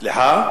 סליחה?